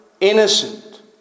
Innocent